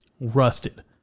rusted